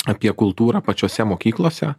apie kultūrą pačiose mokyklose